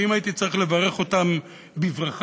שאם הייתי צריך לברך אותם בברכה,